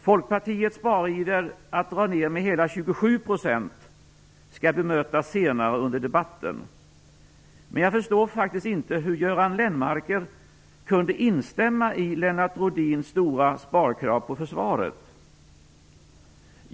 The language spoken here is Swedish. Folkpartiets spariver att dra ner med hela 27 % skall jag bemöta senare under debatten. Men jag förstår faktiskt inte hur Göran Lennmarker kunde instämma i Lennart Rohdins stora sparkrav på försvaret.